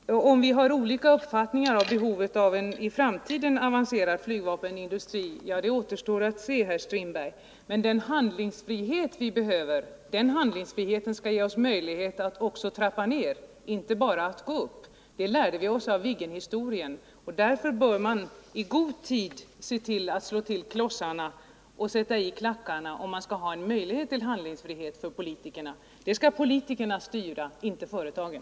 Herr talman! Om vi har olika uppfattningar rörande behovet av en avancerad flygvapenindustri i framtiden återstår att se, herr Strindberg. Men den handlingsfrihet vi behöver skall ge oss möjlighet att också trappa ner, inte bara att gå upp. Det lärde vi oss av Viggenhistorien. Därför bör man i god tid slå till klossarna och sätta i klackarna om man skall ha en möjlighet till handlingsfrihet för politikerna. Detta skall politikerna styra — inte företagen!